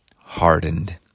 hardened